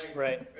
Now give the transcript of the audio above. right,